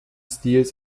stils